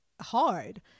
hard